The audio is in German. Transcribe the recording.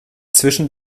zwischen